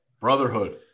Brotherhood